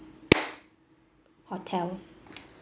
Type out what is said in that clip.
hotel